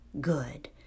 good